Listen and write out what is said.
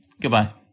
Goodbye